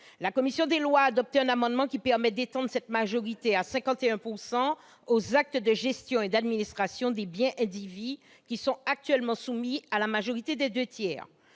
La commission des lois a adopté un amendement qui permet d'étendre cette majorité de 51 % aux actes de gestion et d'administration des biens indivis, qui sont actuellement soumis à la majorité des deux tiers.